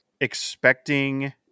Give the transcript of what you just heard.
expecting